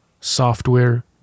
software